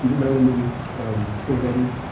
yeah remember the movie um three hundred?